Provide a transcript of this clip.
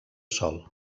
sol